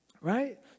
Right